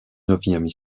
neuvième